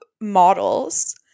models